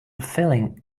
feeling